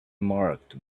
marked